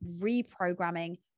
reprogramming